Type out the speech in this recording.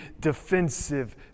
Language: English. defensive